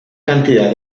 cantidad